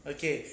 Okay